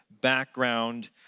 background